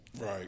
Right